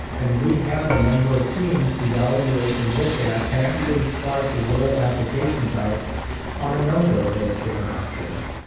and we had a number of teams evaluate and look at and actually try to roll applications out on a number of those different options.